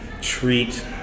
treat